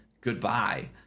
Goodbye